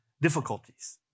difficulties